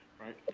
Right